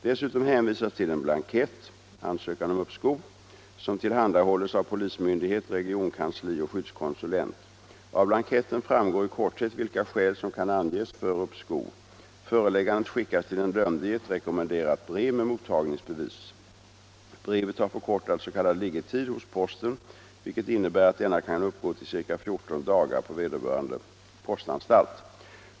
Dessutom hänvisas till en blankett — ansökan om uppskov — som tillhandahålles av polismyndighet, regionkansli och skyddskonsulent. Av blanketten framgår i korthet vilka skäl som kan anges för uppskov. Föreläggandet skickas till den dömde i ett rekommenderat brev med mottagningsbevis. Brevet har förkortad s.k. liggetid hos posten vilket innebär att denna kan uppgå till ca 14 dagar på vederbörande postanstalt.